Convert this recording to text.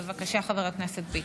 בבקשה, חבר הכנסת ביטון.